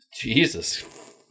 Jesus